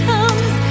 Comes